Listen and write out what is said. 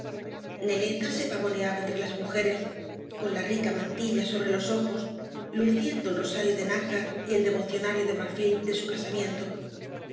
naleta se pavoneaba entre las mujeres con la rica mantilla sobre los ojos luciendo el rosario de nácar y el devocionario de marfil de su casamiento